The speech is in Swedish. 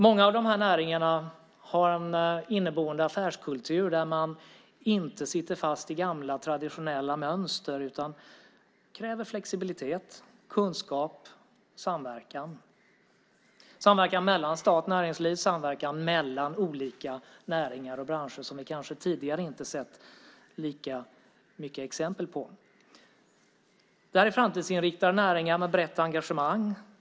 Många av näringarna har en inneboende affärskultur där man inte sitter fast i gamla traditionella mönster utan kräver flexibilitet, kunskap och samverkan. Det är samverkan mellan stat och näringsliv samt samverkan mellan olika näringar och branscher som vi kanske tidigare inte har sett lika många exempel på. Det är framtidsinriktade näringar med brett engagemang.